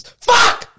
Fuck